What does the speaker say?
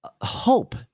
hope